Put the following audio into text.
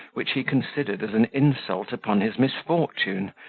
which he considered as an insult upon his misfortune,